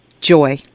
Joy